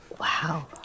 Wow